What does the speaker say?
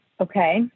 Okay